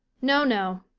no, no,